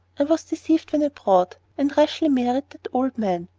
i was deceived when abroad, and rashly married that old man.